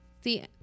see